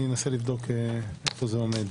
אני אנסה לבדוק איפה זה עומד.